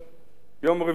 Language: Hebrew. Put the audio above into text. יום רביעי בשבת,